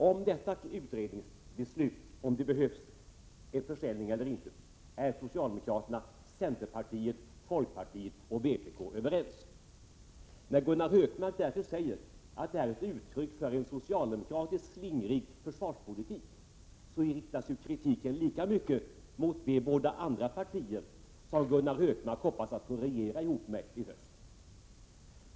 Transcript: Om detta utredningsbeslut — om det behövs en försäljning eller inte — är socialdemokraterna, centerpartiet, folkpartiet och vpk överens. När Gunnar Hökmark därför säger att det är ett uttryck för en socialdemokratisk slingrig försvarspolitik så riktas kritiken lika mycket mot de båda andra partier som Gunnar Hökmark hoppas få regera ihop medi höst.